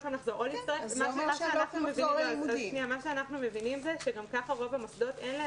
אנחנו מבינים שגם כך רוב המוסדות אין